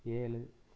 ஏழு